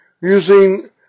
using